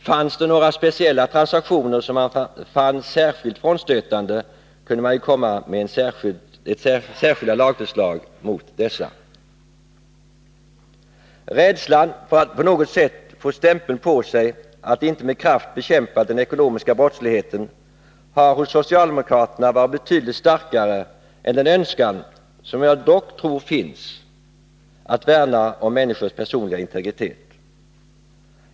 Fanns det några speciella transaktioner som man betraktat som särskilt frånstötande, kunde man ju ha lagt fram särskilda lagförslag mot dessa. Rädslan för att på något sätt få stämpeln på sig att inte med kraft bekämpa den ekonomiska brottsligheten har hos socialdemokraterna varit betydligt starkare än önskan — en önskan som jag dock tror finns — att värna om människors personliga integritet.